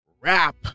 wrap